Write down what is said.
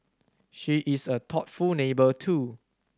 she is a thoughtful neighbour too